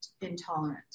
intolerant